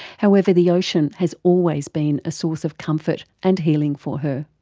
however, the ocean has always been a source of comfort and healing for her.